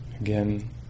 again